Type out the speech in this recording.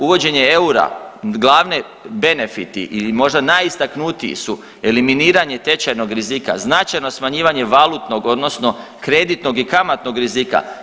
Uvođenje eura glavni benefiti ili možda najistaknutiji su eliminiranje tečajnog rizika, značajno smanjivanje valutnog odnosno kreditnog i kamatnog rizika.